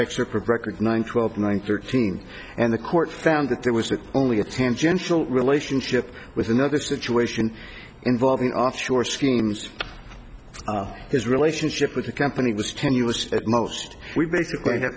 of record one twelve one thirteen and the court found that there was only a tangential relationship with another situation involving offshore schemes to his relationship with the company was tenuous at most we basically ha